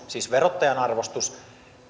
siis verottajan arvostus